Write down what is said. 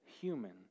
human